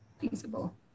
feasible